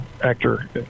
actor